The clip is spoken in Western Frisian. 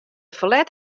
ferlet